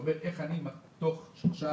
שאומר איך אני תוך שלושה,